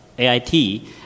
AIT